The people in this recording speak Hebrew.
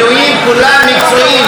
כולם מקצועיים,